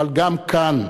אבל גם כאן,